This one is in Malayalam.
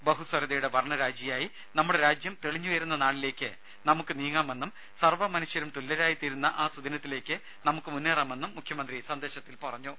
ബഹുസ്വരതയുടെ വർണ്ണരാജിയായി നമ്മുടെ രാജ്യം തെളിഞ്ഞുയരുന്ന നാളിലേക്ക് നമുക്ക് നീങ്ങാമെന്നും സർവ്വ മനുഷ്യരും തുല്യരായിത്തീരുന്ന ആ സുദിനത്തിലേക്ക് നമുക്ക് മുന്നേറാമെന്നും മുഖ്യമന്ത്രി സന്ദേശത്തിൽ പറഞ്ഞു